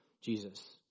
Jesus